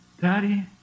Daddy